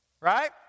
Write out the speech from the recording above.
Right